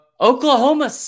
oklahoma